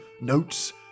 notes